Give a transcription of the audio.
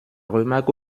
remarques